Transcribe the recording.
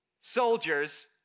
soldiers